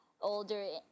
older